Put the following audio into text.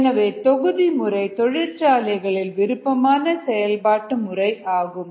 எனவே தொகுதி முறை தொழிற்சாலைகளில் விருப்பமான செயல்பாடு முறையாகும்